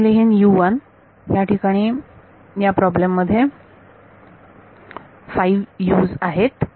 तर मी लिहीन याठिकाणी या प्रॉब्लेम मध्ये 5 U's आहेत